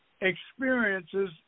experiences